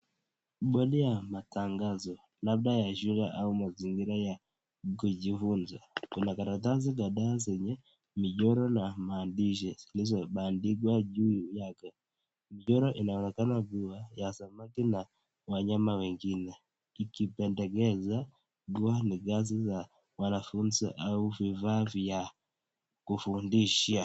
Bodi ya matangazo labda ya shule au mazingira ya kujifunza kuna karatasi kadhaa zenye michoro ya maandishi zilizobandikwa juu yake pia inaonekana kuwa ya samaki na wanyama wengine ikipendekeza kuwa ni kazi za wanafunzi au vifaa vya kufundisha.